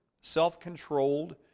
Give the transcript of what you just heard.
self-controlled